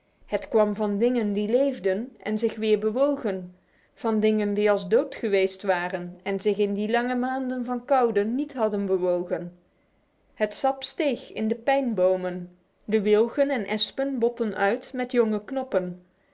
het kwam van dingen die leefden en zich weer bewogen van dingen die als dood geweest waren en zich in die lange maanden van koude niet hadden bewogen het sap steeg in de pijnbomen de wilgen en espen botten uit met jonge knoppen